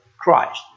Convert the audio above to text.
Christ